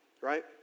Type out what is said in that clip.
right